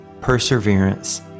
perseverance